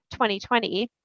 2020